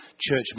church